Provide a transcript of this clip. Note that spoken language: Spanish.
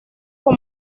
con